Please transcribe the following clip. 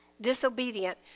disobedient